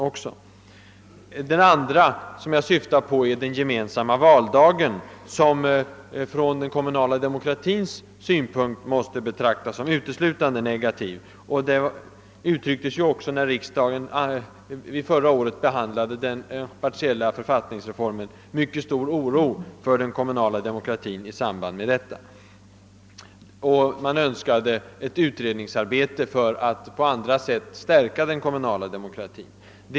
För det andra syftar jag på den gemensamma valdagen, som från den kommunala demokratins synpunkt måste betraktas som uteslutande negativ. Den uppfattningen uttrycktes ju också när riksdagen förra året behandlade den partiella författningsreformen. Det yppades då mycket stor oro för den kommunala demokratin och det uttalades önskemål om en utredning för att på andra sätt stärka den kommunala demokratin.